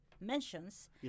mentions